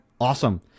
awesome